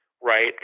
right